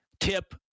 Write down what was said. Tip